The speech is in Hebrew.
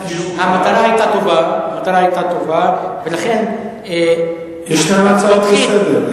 המטרה היתה טובה, ולכן, ישנן הצעות לסדר.